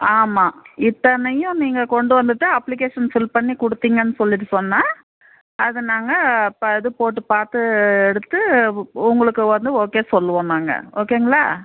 ஆமாம் இத்தனையும் நீங்கள் கொண்டு வந்துவிட்டா அப்ளிக்கேசன் ஃபில் பண்ணி கொடுத்திங்கன் சொல்லிவிட்டு சொன்னால் அதை நாங்கள் பா இது போட்டு பார்த்து எடுத்து உ உங்களுக்கு வந்து ஓகே சொல்லுவோம் நாங்கள் ஓகேங்களா